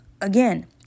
again